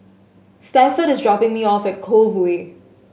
Stafford is dropping me off at Cove Way